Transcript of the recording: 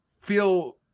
feel